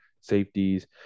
safeties